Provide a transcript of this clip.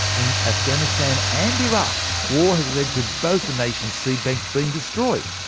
in afghanistan and iraq, war has led to both nation's seed banks being destroyed.